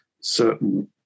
certain